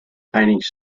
paintings